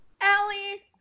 Allie